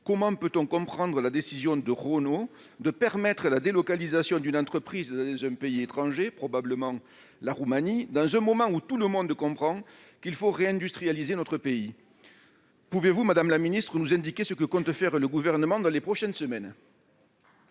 comment comprendre la décision de Renault de permettre la délocalisation d'une entreprise dans un pays étranger, probablement la Roumanie, au moment où tout le monde a conscience qu'il faut réindustrialiser notre pays ? Pouvez-vous, madame la ministre, nous indiquer ce que compte faire le Gouvernement dans les prochaines semaines ?